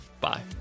Bye